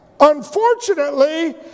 unfortunately